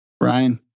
Ryan